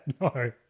No